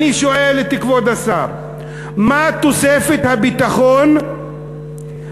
אני שואל את כבוד השר מה תוספת הביטחון מאז